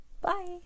Bye